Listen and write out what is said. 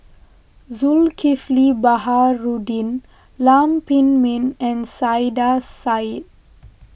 Zulkifli Baharudin Lam Pin Min and Saiedah Said